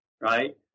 right